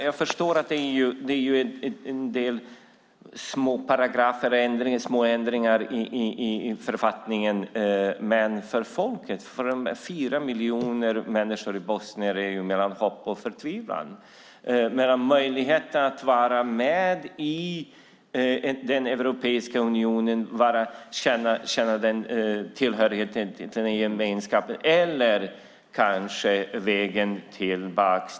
Jag förstår att det behöver göras en del mindre ändringar i författningen, men för folket, för fyra miljoner bosnier, står det mellan hopp och förtvivlan. Det handlar om möjligheten att vara med i Europeiska unionen och känna tillhörigheten i gemenskapen och kanske hitta en väg tillbaka.